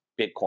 Bitcoin